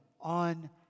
on